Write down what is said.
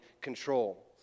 control